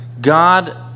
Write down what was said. God